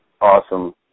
awesome